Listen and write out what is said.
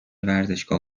ورزشگاه